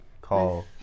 call